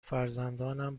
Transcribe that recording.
فرزندانم